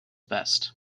best